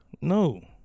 No